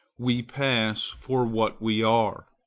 we pass for what we are.